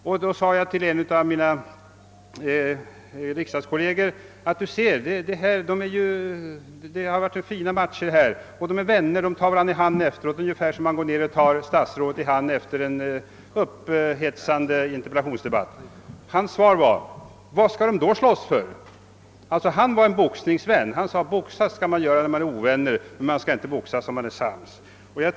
Jag sade då till en av mina riksdagskolleger: Här ser du själv; det har varit fina matcher. Och efteråt är boxarna goda vänner och tar varandra i hand — ungefär som när vi tar statsrådet i hand efter en upphetsande interpellationsdebatt. Min kollega svarade: Varför skall de då slåss? Han var boxningsvän, men han tyckte att boxas kunde man göra, om man var ovänner. Man skulle inte boxas när man är sams.